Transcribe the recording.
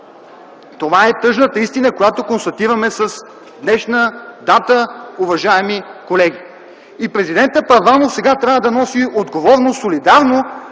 Това е тъжната истина, която констатираме с днешна дата, уважаеми колеги. Президентът Първанов сега трябва да носи солидарна